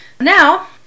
Now